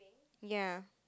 ya